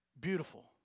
beautiful